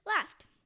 left